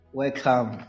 welcome